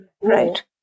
right